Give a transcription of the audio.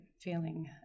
feeling